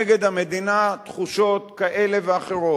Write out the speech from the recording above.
גם אם יש לנו נגד המדינה תחושות כאלה ואחרות,